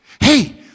Hey